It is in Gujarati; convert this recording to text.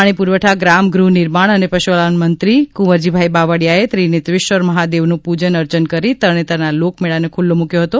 પાણી પુરવઠા ગ્રામ ગૃહ નિર્માણ અને પશુપાલન મંત્રીશ્રી કુંવરજીભાઈ બાવળીયાએ ત્રિનેત્રેશ્વર મહાદેવનું પૂજન અર્ચન કરી તરણેતરના લોકમેળાને ખુલ્લો મુકયો હતો